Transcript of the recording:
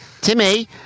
Timmy